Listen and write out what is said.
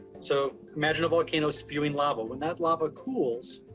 so imagine a volcano spewing lava. when that lava cools,